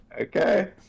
Okay